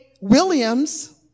Williams